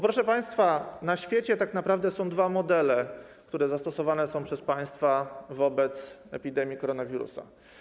Proszę państwa, na świecie tak naprawdę są dwa modele, które zostały zastosowane przez państwa wobec epidemii koronawirusa.